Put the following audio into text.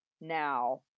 now